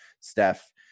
Steph